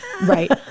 Right